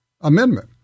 amendment